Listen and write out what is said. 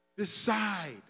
decide